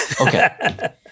Okay